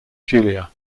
julia